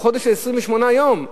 הוא חודש של 28 יום,